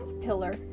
pillar